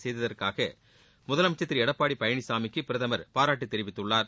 செய்ததற்காக முதலமைச்சர் திரு எடப்பாடி பழனிசாமிக்கு பிரதமர் பாராட்டு தெரிவித்துள்ளார்